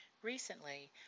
Recently